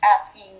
asking